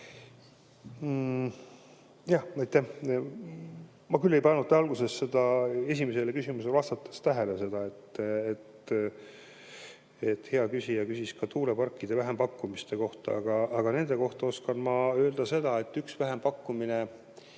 Mina küll ei pannud alguses esimesele küsimusele vastates tähele, et hea küsija küsis ka tuuleparkide vähempakkumise kohta. Aga selle kohta oskan ma öelda seda, et üks vähempakkumine